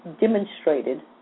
demonstrated